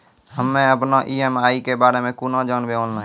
हम्मे अपन ई.एम.आई के बारे मे कूना जानबै, ऑनलाइन?